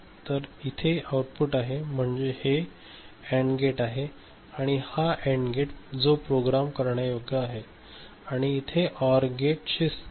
तर इथे आऊटपुट आहे म्हणूनच येथे हे अँड गेट आहे आणि हा एन्ड प्लेन जो प्रोग्राम करण्यायोग्य आहे आणि हा इथे ऑर गेटशी कनेक्ट झाला आहे